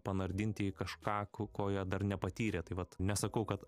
panardinti į kažką ko ko jie dar nepatyrę tai vat nesakau kad